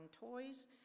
toys